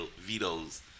vetoes